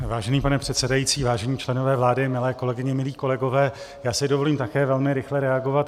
Vážený pane předsedající, vážení členové vlády, milé kolegyně, milí kolegové, já si dovolím také velmi rychle reagovat.